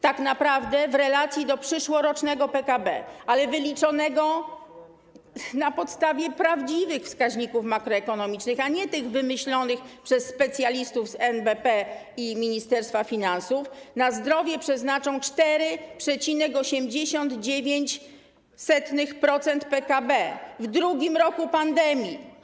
Tak naprawdę w relacji do przyszłorocznego PKB, ale wyliczonego na podstawie prawdziwych wskaźników makroekonomicznych, a nie tych wymyślonych przez specjalistów z NBP i Ministerstwa Finansów, na zdrowie przeznaczą 4,89% PKB w drugim roku pandemii.